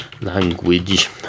language